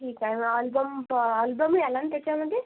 ठीक आहे मग अल्बम प अल्बमही आला ना त्याच्यामध्ये